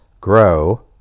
grow